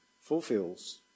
fulfills